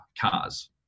cars